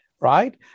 right